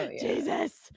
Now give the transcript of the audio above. Jesus